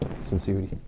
sincerity